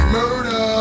murder